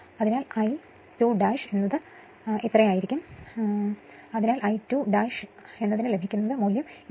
അതിനാൽ I 2 ന് 0